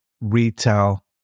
retail